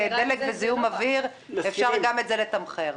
ועל דלק וזיהום אוויר אפשר גם את זה לתמחר.